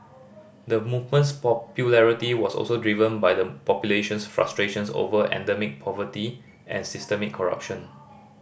the movement's popularity was also driven by the population's frustrations over endemic poverty and systemic corruption